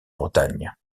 bretagne